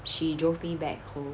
she drove me back home